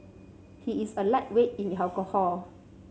he is a lightweight in alcohol